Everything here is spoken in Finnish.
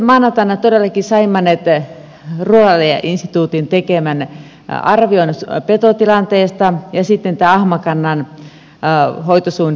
maanantaina todellakin saimme ruralia instituutin tekemän arvion petotilanteesta ja ahmakannan hoitosunnitelmasta luonnoksen